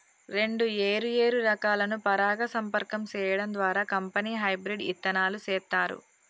రెండు ఏరు ఏరు రకాలను పరాగ సంపర్కం సేయడం ద్వారా కంపెనీ హెబ్రిడ్ ఇత్తనాలు సేత్తారు